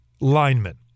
lineman